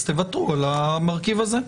אז תוותרו על המרכיב הזה.